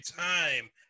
time